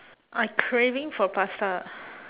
I craving for pasta